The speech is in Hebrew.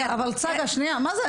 רגע, מה זה?